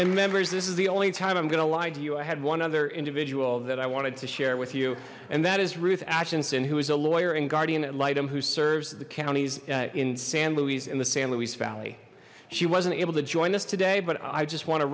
and members this is the only time i'm gonna lie to you i had one other individual that i wanted to share with you and that is ruth atchinson who was a lawyer and guardian at litem who serves the counties in san louie's in the san luis valley she wasn't able to join us today but i just wan